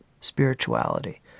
spirituality